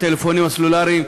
הטלפונים הסלולריים,